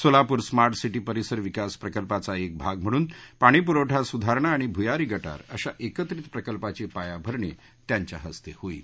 Solapur smart city परीसर विकास प्रकल्पाचा एक भाग म्हणून पाणीपूरवठा सुधारणा आणि भूयारी गटार अशा एकत्रित प्रकल्पाची पायाभरणी त्यांच्या हस्ते होईल